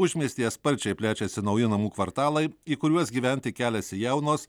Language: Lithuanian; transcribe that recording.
užmiestyje sparčiai plečiasi nauji namų kvartalai į kuriuos gyventi keliasi jaunos